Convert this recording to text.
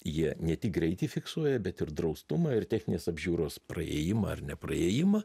jie ne tik greitį fiksuoja bet ir draustumą ir techninės apžiūros praėjimą ar nepraėjimą